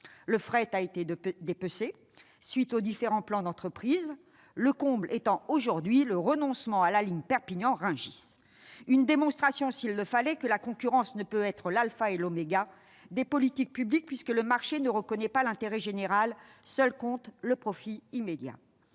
Le fret a été dépecé, au gré des différents plans d'entreprise, le comble étant aujourd'hui le renoncement à la ligne Perpignan-Rungis. Une démonstration, s'il le fallait, que la concurrence ne peut être l'alpha et l'oméga des politiques, publiques puisque le marché ne reconnaît pas l'intérêt général, ne s'intéressant qu'au profit immédiat.